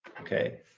okay